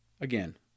again